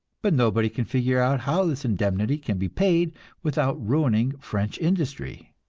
but nobody can figure out how this indemnity can be paid without ruining french industry.